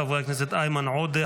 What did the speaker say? חברי הכנסת איימן עודה,